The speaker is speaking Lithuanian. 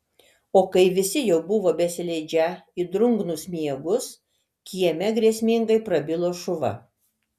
o kai visi jau buvo besileidžią į drungnus miegus kieme grėsmingai prabilo šuva